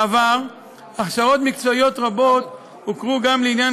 בעבר הכשרות מקצועיות רבות הוכרו גם לעניין